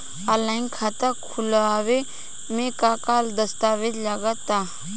Online खाता खूलावे म का का दस्तावेज लगा ता?